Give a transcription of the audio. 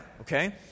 okay